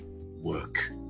work